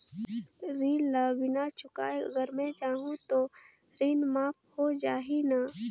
ऋण ला बिना चुकाय अगर मै जाहूं तो ऋण माफ हो जाही न?